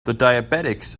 diabetics